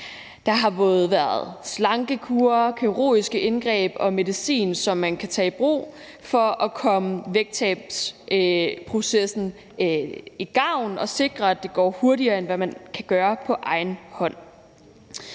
Der har både været slankekure, kirurgiske indgreb og medicin, altså ting, som man kan tage i brug for at gavne vægttabsprocessen og sikre, at det går hurtigere, end hvad man kan gøre på egen hånd.